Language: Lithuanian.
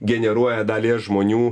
generuoja dalies žmonių